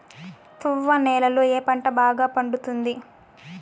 తువ్వ నేలలో ఏ పంట బాగా పండుతుంది?